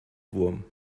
wurm